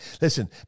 listen